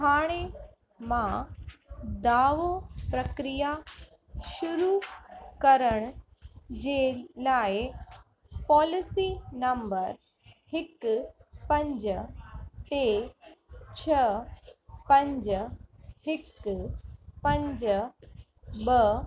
हाणे मां दावो प्रक्रिया शुरू करण जे लाइ पॉलिसी नम्बर हिकु पंज टे छह पंज हिकु पंज ॿ